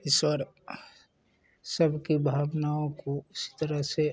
ईश्वर सब की भावनाओं को इसी तरह से